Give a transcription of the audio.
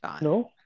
No